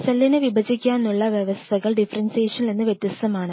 സെല്ലിന് വിഭജിക്കാനുള്ള വ്യവസ്ഥകൾ ഡിഫറെൻഷിയേഷനിൽ നിന്ന് വ്യത്യസ്തമാണ്